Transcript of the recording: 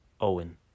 Owen